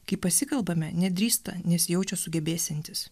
kai pasikalbame nedrįsta nesijaučia sugebėsiantys